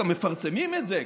גם מפרסמים את זה,